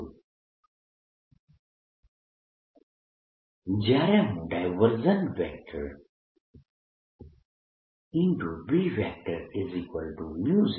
B0I2πs જ્યારે હું B0